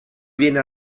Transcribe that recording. viene